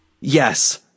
Yes